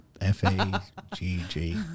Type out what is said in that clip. F-A-G-G